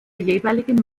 jeweiligen